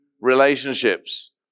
relationships